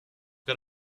got